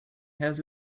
has